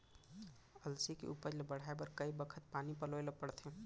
अलसी के उपज ला बढ़ए बर कय बखत पानी पलोय ल पड़थे?